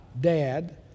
dad